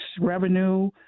revenue